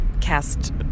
cast